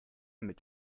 mit